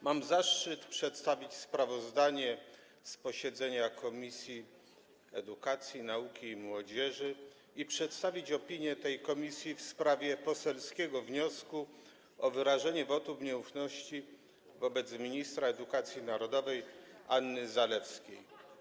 Mam zaszczyt przedstawić sprawozdanie z posiedzenia Komisji Edukacji, Nauki i Młodzieży oraz opinię tej komisji w sprawie poselskiego wniosku o wyrażenie wotum nieufności wobec ministra edukacji narodowej Anny Zalewskiej.